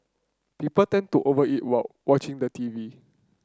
people tend to over eat while watching the T V